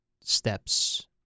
steps